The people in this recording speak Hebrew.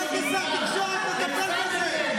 אתה לא יודעים להפסיד במשחק.